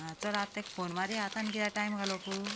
आं चल आतां तांकां फोन मारया आतां आनी कित्याक टायम घालप